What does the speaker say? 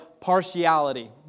partiality